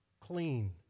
clean